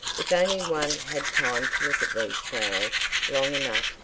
if only one had time to look at these flowers long enough,